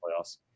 playoffs